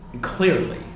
clearly